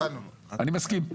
אני מסכים.